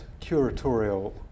curatorial